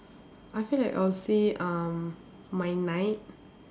I feel like I'll see um my night